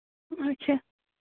اَچھا